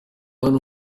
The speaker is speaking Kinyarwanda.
hano